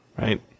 Right